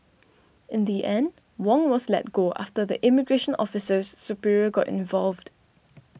in the end Wong was let go after the immigration officer's superior got involved